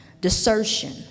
Desertion